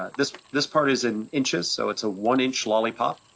ah this this part is in inches, so it's a one inch lollipop,